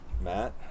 Matt